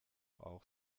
auch